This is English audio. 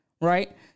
Right